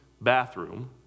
bathroom